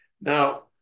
Now